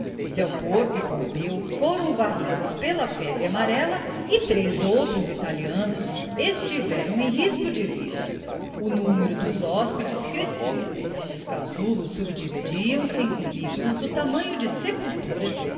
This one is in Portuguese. delporto e pompeo foram varridos pela febre amarela e três outros italianos estiveram em risco de vida o número dos hóspedes crescia os casulos subdividiam se em cubículos do tamanho de sepulturas